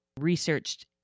researched